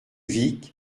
vic